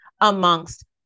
amongst